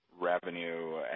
revenue